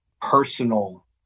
personal